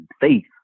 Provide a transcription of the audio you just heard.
faith